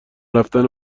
رفتن